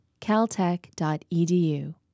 caltech.edu